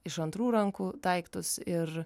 iš antrų rankų daiktus ir